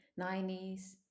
90s